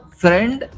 friend